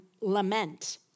lament